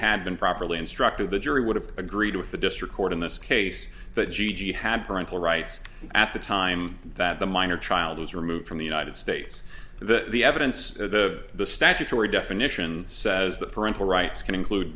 had been properly instructed the jury would have agreed with the district court in this case that gigi had parental rights at the time that the minor child was removed from the united states the evidence of the statutory definition says that parental rights can include